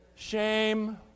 Shame